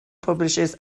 publishes